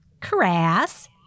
crass